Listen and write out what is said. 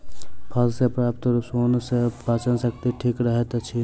फल सॅ प्राप्त सोन सॅ पाचन शक्ति ठीक रहैत छै